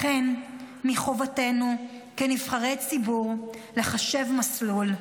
לכן מחובתנו כנבחרי ציבור לחשב מסלול,